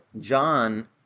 John